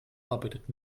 arbeitet